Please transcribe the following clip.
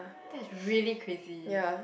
that is really crazy